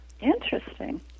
Interesting